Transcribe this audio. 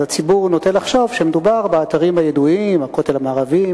הציבור נוטה לחשוב שמדובר באתרים הידועים: הכותל המערבי,